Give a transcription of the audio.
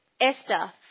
Esther